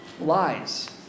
lies